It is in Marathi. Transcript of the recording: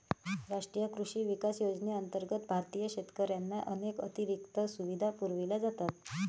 राष्ट्रीय कृषी विकास योजनेअंतर्गत भारतीय शेतकऱ्यांना अनेक अतिरिक्त सुविधा पुरवल्या जातात